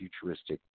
futuristic